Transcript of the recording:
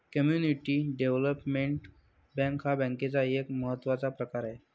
community development bank हा बँकेचा एक महत्त्वाचा प्रकार आहे